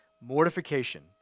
Mortification